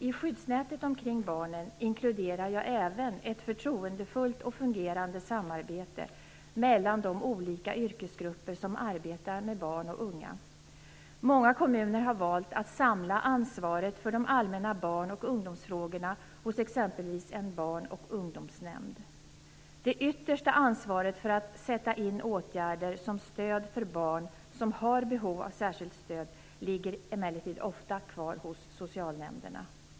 I skyddsnätet omkring barnen inkluderar jag även ett förtroendefullt och fungerande samarbete mellan de olika yrkesgrupper som arbetar med barn och unga. Många kommuner har valt att samla ansvaret för de allmänna barn och ungdomsfrågorna hos exempelvis en barn och ungdomsnämnd. Det yttersta ansvaret för att sätta in åtgärder som stöd för barn som har behov av särskilt stöd ligger emellertid ofta kvar hos socialnämnderna.